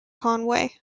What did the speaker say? conway